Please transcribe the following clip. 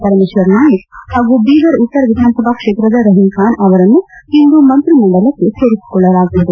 ಪರಮೇಶ್ವರ್ ನಾಯಕ್ ಹಾಗೂ ಬೀದರ್ ಉತ್ತರ ವಿಧಾನಸಭಾ ಕ್ಷೇತ್ರದ ರಹೀಂಖಾನ್ ಅವರನ್ನು ಇಂದು ಮಂತ್ರಿಮಂಡಲಕ್ಕೆ ಸೇರಿಸಿಕೊಳ್ಳಲಾಗುವುದು